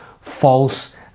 false